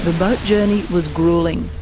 boat journey was gruelling.